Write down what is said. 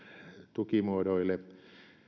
tukimuodoille